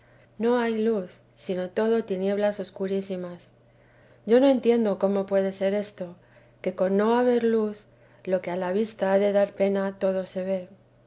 no hay luz sino todo tinieblas escurísimas yo no entiendo cómo puede ser esto que con no haber luz lo que a la vista ha de dar pena todo se ve